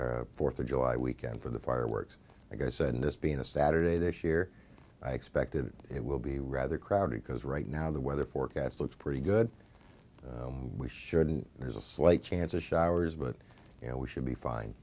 things fourth of july weekend for the fireworks i guess and this being a saturday this year i expected it will be rather crowded because right now the weather forecast looks pretty good we should and there's a slight chance of showers but you know we should be fine